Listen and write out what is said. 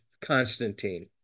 Constantine